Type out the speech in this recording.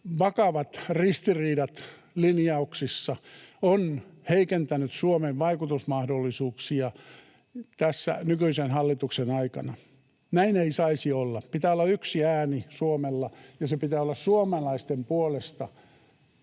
vakavat ristiriidat linjauksissa, on heikentänyt Suomen vaikutusmahdollisuuksia tässä nykyisen hallituksen aikana. Näin ei saisi olla. Pitää olla yksi ääni Suomella, ja sen pitää olla suomalaisten puolesta.